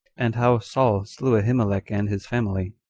and how saul slew ahimelech and his family.